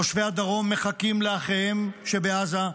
תושבי הדרום מחכים לאחיהם שבעזה,